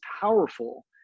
powerful